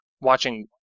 Watching